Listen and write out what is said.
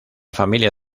familia